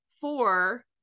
four